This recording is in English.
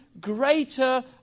greater